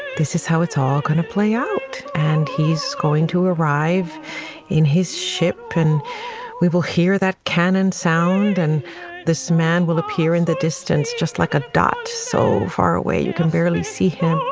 this is how it's all going to play out and he's going to arrive in his ship and we will hear that cannon sound and this man will appear in the distance just like a dot so far away, you can barely see him